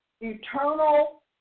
eternal